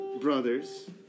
Brothers